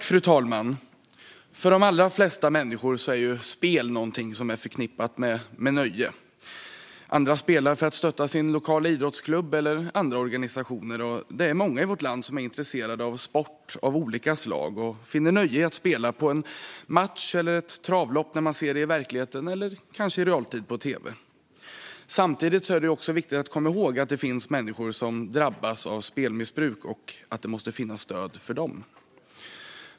Fru talman! För de allra flesta människor är spel något som är förknippat med nöje. Andra spelar för att stötta sin lokala idrottsklubb eller andra organisationer. Och det är många i vårt land som är intresserade av sport av olika slag och som finner nöje i att spela på matcher eller travlopp när de ser dem i verkligheten eller kanske i realtid på tv. Samtidigt är det viktigt att komma ihåg att det finns människor som drabbas av spelmissbruk och att det måste finnas stöd för dem.